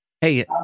Hey